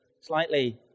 slightly